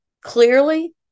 clearly